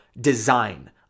design